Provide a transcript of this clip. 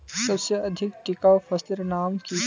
सबसे अधिक टिकाऊ फसलेर नाम की?